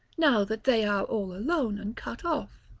now that they are all alone and cut off.